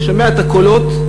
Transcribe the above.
אני שומע את הקולות,